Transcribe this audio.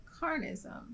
carnism